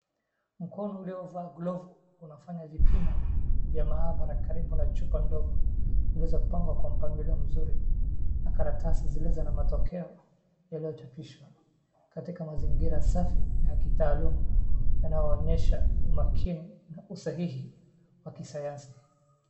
Mkono uliovaa glovu unafanya vipimo vya mahabara karibu na chupa ndogo imeeza kupangwa kwa mpangilio mzuri na karatasi zilizo na matokea yaliyochapishwa katika mazingira safi na ya kitaaluma yanayoonyesha umakini, usahihi wa kisayansi.